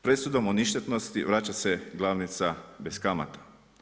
Presudom o ništetnosti vraća se glavnica bez kamata.